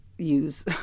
use